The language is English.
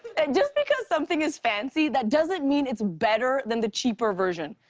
and just because something is fancy, that doesn't mean it's better than the cheaper version.